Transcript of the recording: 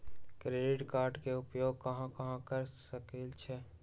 Credit card के उपयोग कहां कहां कर सकईछी?